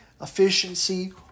efficiency